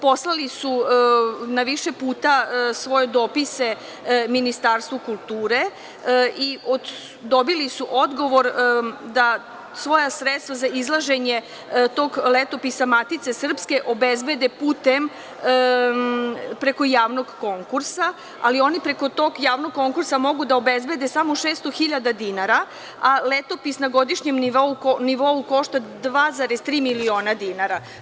Poslali su više puta svoje dopise Ministarstvu kulture i dobili su odgovor da svoja sredstva za izlaženje tog Letopisa Matice srpske obezbede preko javnog konkursa, ali oni preko tog javnog konkursa mogu da obezbede samo 600.000 dinara, a Letopis na godišnjem nivou košta 2,3 miliona dinara.